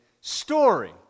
story